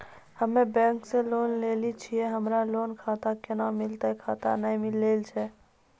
हम्मे बैंक से लोन लेली छियै हमरा लोन खाता कैना मिलतै खाता नैय लैलै छियै?